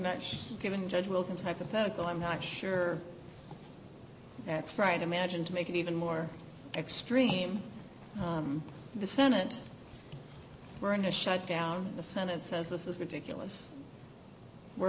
not giving judge wilkins hypothetical i'm not sure that's right imagine to make it even more extreme in the senate or in a shutdown the senate says this is ridiculous we're